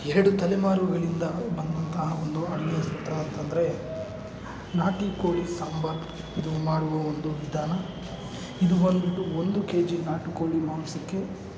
ಎರಡು ತಲೆಮಾರುಗಳಿಂದ ಬಂದಂತಹ ಒಂದು ಅಡುಗೆ ಅಂತ ಅಂದರೆ ನಾಟಿ ಕೋಳಿ ಸಾಂಬಾರು ಇದು ಮಾಡುವ ಒಂದು ವಿಧಾನ ಇದು ಬಂದ್ಬಿಟ್ಟು ಒಂದು ಕೆ ಜಿ ನಾಟಿ ಕೋಳಿ ಮಾಂಸಕ್ಕೆ